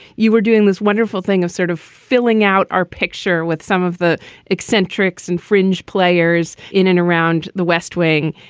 you were doing this wonderful thing of sort of filling out our picture with some of the accent tricks and fringe players in and around the west wing.